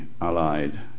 Allied